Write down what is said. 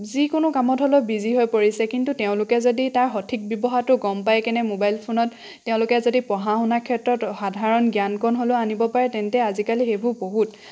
যিকোনো কামত হ'লেও বিজি হৈ পৰিছে কিন্তু তেওঁলোকে যদি তাৰ সঠিক ব্যৱহাৰটো গম পাই কিনে মোবাইল ফোনত তেওঁলোকে যদি পঢ়া শুনা ক্ষেত্ৰত সাধাৰণ জ্ঞানকণ হ'লেও আনিব পাৰে তেন্তে আজিকালি সেইবোৰ বহুত